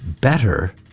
better